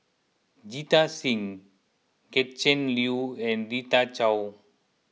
Jita Singh Gretchen Liu and Rita Chao